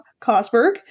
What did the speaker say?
Cosberg